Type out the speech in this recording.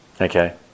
Okay